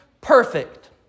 perfect